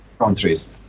countries